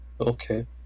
Okay